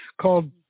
called